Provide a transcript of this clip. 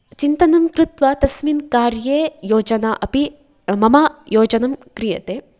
चिन्तनं कृत्वा तस्मिन् कार्ये योजना अपि मम योजनं क्रियते